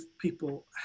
people